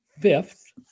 fifth